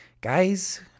Guys